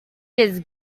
just